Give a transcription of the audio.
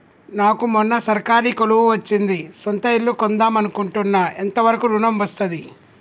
నాకు మొన్న సర్కారీ కొలువు వచ్చింది సొంత ఇల్లు కొన్దాం అనుకుంటున్నా ఎంత వరకు ఋణం వస్తది?